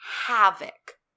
havoc